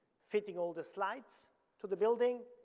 fitting all the slides to the building,